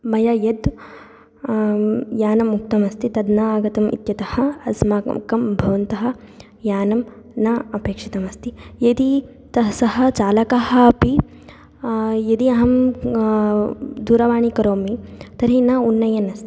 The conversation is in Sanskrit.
मया यद् यानम् उक्तम् अस्ति तद् न आगतम् इत्यतः अस्माकं भवन्तः यानं न अपेक्षितमस्ति यदि तः सः चालकः अपि यदि अहं दूरवाणी करोमि तर्हि न उन्नयन् अस्ति